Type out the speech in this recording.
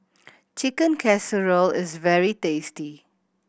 Chicken Casserole is very tasty